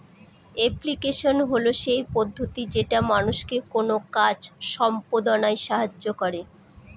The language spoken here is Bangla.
এপ্লিকেশন হল সেই পদ্ধতি যেটা মানুষকে কোনো কাজ সম্পদনায় সাহায্য করে